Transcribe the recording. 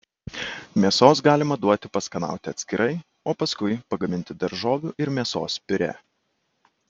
mėsos galima duoti paskanauti atskirai o paskui pagaminti daržovių ir mėsos piurė